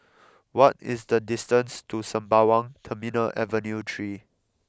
what is the distance to Sembawang Terminal Avenue Three